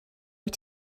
wyt